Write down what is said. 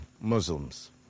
Muslims